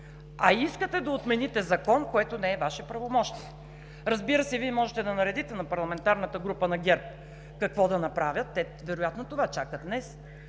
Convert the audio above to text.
Искате да отмените закон, което не е Ваше правомощие. Разбира се, Вие можете да наредите на парламентарната група на ГЕРБ какво да направят. Те вероятно това чакат днес.